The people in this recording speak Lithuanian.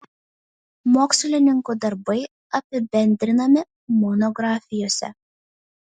mokslininkų darbai apibendrinami monografijose